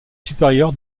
supérieur